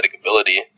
ability